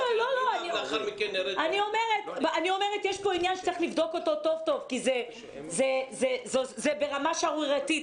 יש פה עניין שצריך לבדוק אותו טוב-טוב כי זה ברמה שערורייתית.